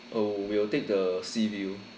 oh we'll take the sea view